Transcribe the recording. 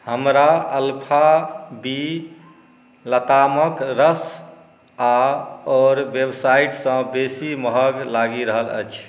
हमरा alpha B लतामक रस आओर वेबसाईटसँ बेसी महग लागि रहल अछि